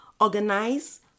organize